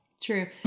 True